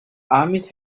armies